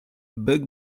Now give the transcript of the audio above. bug